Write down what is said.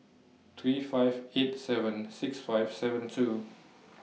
three five eight seven six five seven two